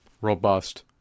robust